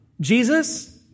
Jesus